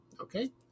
Okay